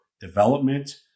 development